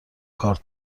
کارت